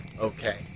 Okay